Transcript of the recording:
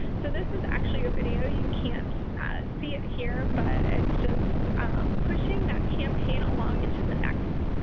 so this is actually a video. you can't see it here, but it's just pushing that campaign along into the next